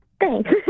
Thanks